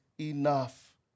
enough